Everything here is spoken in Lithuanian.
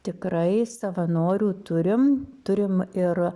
tikrai savanorių turim turim ir